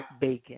bacon